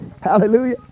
Hallelujah